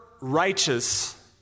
righteous